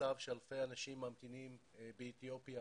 מצב שאלפי אנשים ממתינים באתיופיה